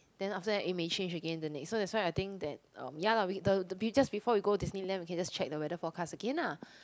then after that it may change again the next so that's why I think that um ya lah the just before we go Disneyland we can just check the weather forecast again ah